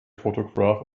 photograph